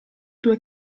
due